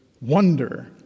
wonder